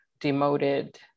demoted